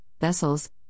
vessels